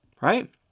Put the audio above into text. right